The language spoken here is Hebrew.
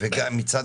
של הדירה וגם כמה